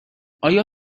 آیا